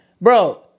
Bro